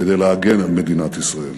כדי להגן על מדינת ישראל.